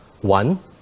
One